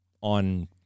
on